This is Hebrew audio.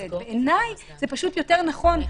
Z. בעיניי זה פשוט יותר נכון,